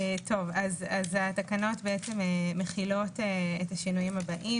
התקנות מחילות את השינויים הבאים.